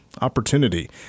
opportunity